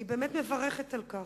אני באמת מברכת על כך.